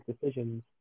decisions